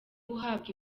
guhabwa